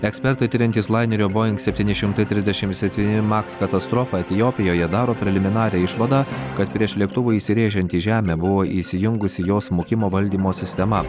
ekspertai tiriantys lainerio boeing septyni šimtai trisdešim septyni maks katastrofą etiopijoje daro preliminarią išvadą kad prieš lėktuvui įsirėžiant į žemę buvo įsijungusi jo smukimo valdymo sistema